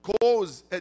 Cause